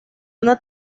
una